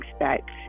expect